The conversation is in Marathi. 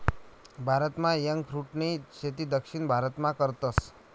भारतमा एगफ्रूटनी शेती दक्षिण भारतमा करतस